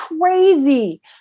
crazy